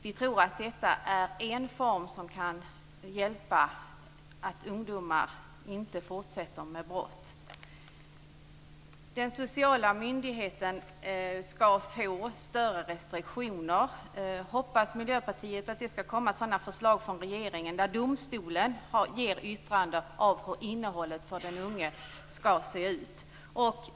Vi tror att detta är en form som kan göra att ungdomar inte fortsätter med brott. Den sociala myndigheten skall få större restriktioner. Miljöpartiet hoppas att det skall komma sådana förslag från regeringen. Domstolen ger yttranden när det gäller hur innehållet för den unge skall se ut.